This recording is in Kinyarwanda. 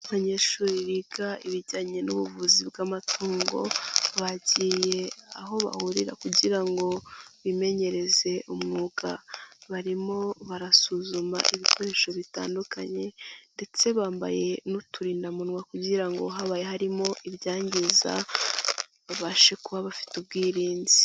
Abanyeshuri biga ibijyanye n'ubuvuzi bw'amatungo bagiye aho bahurira kugira ngo bimenyereze umwuga, barimo barasuzuma ibikoresho bitandukanye ndetse bambaye n'uturindamunwa kugira ngo habaye harimo ibyangiza babashe kuba bafite ubwirinzi.